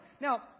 Now